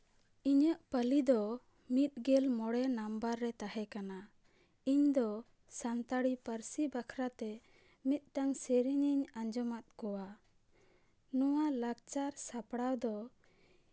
ᱤᱧᱟᱹᱜ ᱯᱟᱞᱤ ᱫᱚ ᱢᱤᱫ ᱜᱮᱞ ᱢᱚᱬᱮ ᱱᱟᱢᱵᱟᱨ ᱨᱮ ᱛᱟᱦᱮᱸ ᱠᱟᱱᱟ ᱤᱧᱫᱚ ᱥᱟᱱᱛᱟᱲᱤ ᱯᱟᱹᱨᱥᱤ ᱵᱟᱠᱷᱨᱟ ᱛᱮ ᱢᱤᱫᱴᱟᱱ ᱥᱮᱨᱮᱧ ᱤᱧ ᱟᱸᱡᱚᱢ ᱟᱫ ᱠᱚᱣᱟ ᱱᱚᱣᱟ ᱞᱟᱠᱪᱟᱨ ᱥᱟᱯᱲᱟᱣ ᱫᱚ